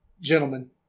gentlemen